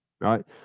right